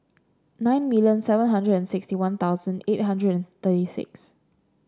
nine million seven hundred and sixty One Thousand eight hundred and thirty six